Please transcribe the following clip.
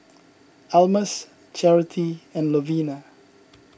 Almus Charity and Lovina